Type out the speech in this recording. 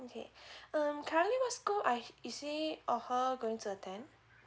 okay mm currently what school uh is she or her going to attend